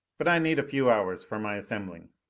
but i need a few hours for my assembling.